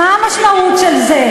מה המשמעות של זה?